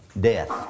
Death